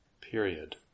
period